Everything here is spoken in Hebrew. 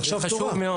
בסדר, אבל עכשיו תורה.